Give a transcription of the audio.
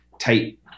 tight